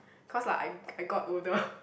cause like I I got older